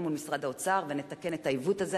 מול משרד האוצר ונתקן את העיוות הזה.